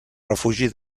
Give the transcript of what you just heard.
refugi